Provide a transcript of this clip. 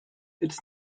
its